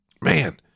man